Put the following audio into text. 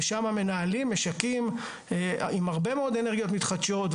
ושם מנהלים משקים עם הרבה מאוד אנרגיות מתחדשות,